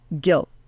guilt